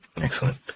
Excellent